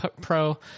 Pro